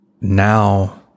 now